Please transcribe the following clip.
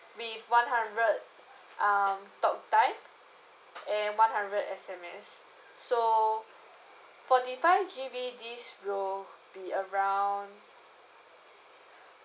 with one hundred um talk time and one hundred S_M_S so forty five G_B this will be around